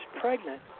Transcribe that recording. pregnant